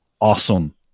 awesome